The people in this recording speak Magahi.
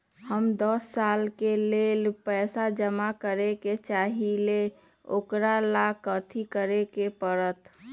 हम दस साल के लेल पैसा जमा करे के चाहईले, ओकरा ला कथि करे के परत?